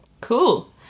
Cool